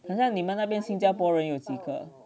好像你们那边新加坡人有几个